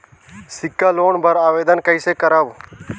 सिक्छा लोन बर आवेदन कइसे करव?